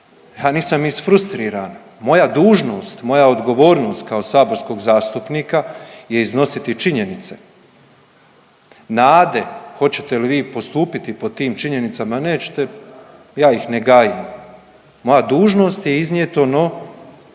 ja nisam isfrustriran, moja dužnost, moja odgovornost kao saborskog zastupnika je iznositi činjenice, nade hoćete li vi postupiti po tim činjenicama, nećete, ja ih ne gajim. Moja dužnost je iznijeti ono